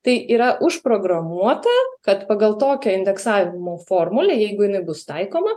tai yra užprogramuota kad pagal tokią indeksavimo formulę jeigu jinai bus taikoma